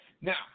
Now